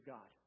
God